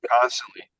constantly